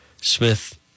Smith